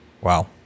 Wow